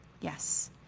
Yes